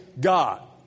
God